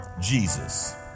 Jesus